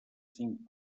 cinc